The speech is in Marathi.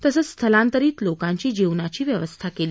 तसेच स्थलांतरित लोकांची जेवनाची व्यवस्था केली